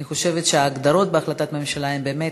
אני חושבת שההגדרות בהחלטת הממשלה הן באמת,